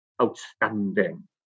outstanding